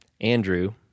Andrew